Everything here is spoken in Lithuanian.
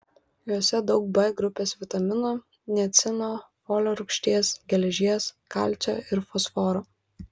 juose daug b grupės vitaminų niacino folio rūgšties geležies kalcio ir fosforo